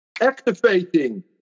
activating